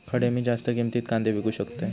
खडे मी जास्त किमतीत कांदे विकू शकतय?